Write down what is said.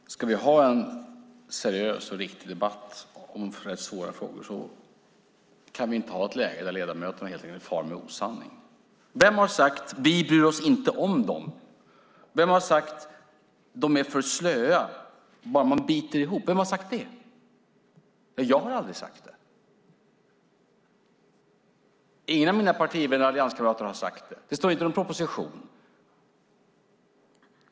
Fru talman! Ska vi ha en seriös och riktig debatt om så här svåra frågor kan vi inte ha ett läge där ledamöterna far med osanning. Vem har sagt: Vi bryr oss inte om dem. Vem har sagt: De är för slöa - bara man biter ihop. Vem har sagt det? Jag har aldrig sagt det. Ingen av mina partivänner i Alliansen har sagt det. Det står inte i någon proposition.